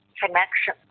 connection